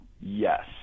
Yes